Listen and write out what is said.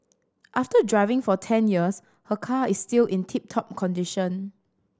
after driving for ten years her car is still in tip top condition